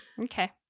Okay